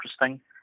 interesting